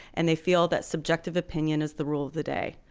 and they feel that subjective opinion is the rule of the day.